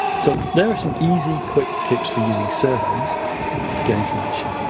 so there are some easy, quick tips for using surveys to get information.